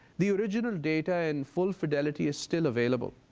the original data and full fidelity is still available.